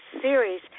Series